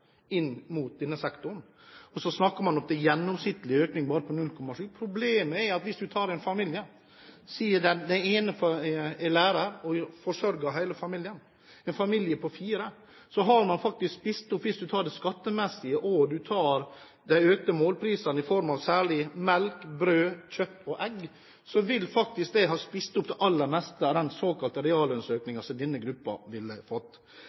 inn mot denne sektoren. Og så snakker man om at gjennomsnittlig økning bare er på 0,7 pst. Problemet er: Hvis man tar en familie på fire, der den ene er – la oss si – lærer og forsørger hele familien, og man tar det skattemessige og de økte målprisene i forhold til særlig melk, brød, kjøtt og egg, vil faktisk det spise opp det aller meste av den såkalte reallønnsøkningen som denne gruppen ville fått.